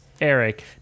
Eric